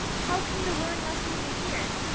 how can you learn lessons in here?